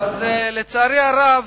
לצערי הרב,